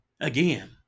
again